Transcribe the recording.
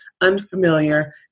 unfamiliar